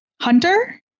hunter